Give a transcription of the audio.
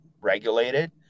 regulated